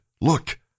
Look